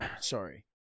Sorry